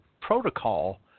protocol